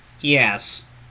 Yes